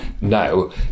no